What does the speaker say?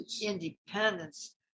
independence